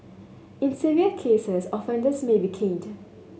in severe cases offenders may be caned